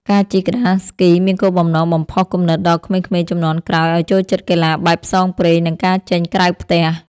ការជិះក្ដារស្គីមានគោលបំណងបំផុសគំនិតដល់ក្មេងៗជំនាន់ក្រោយឱ្យចូលចិត្តកីឡាបែបផ្សងព្រេង និងការចេញក្រៅផ្ទះ។